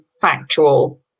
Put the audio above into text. factual